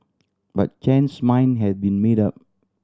but Chen's mind had been made up